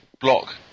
block